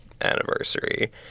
anniversary